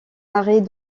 arrêt